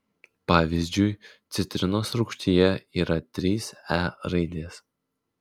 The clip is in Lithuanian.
pavyzdžiui citrinos rūgštyje yra trys e raidės